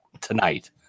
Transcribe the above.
tonight